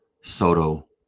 Soto